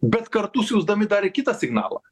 bet kartu siųsdami dar ir kitą signalą